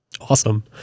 Awesome